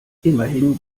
immerhin